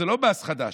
זה לא מס חדש,